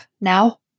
Now